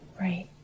right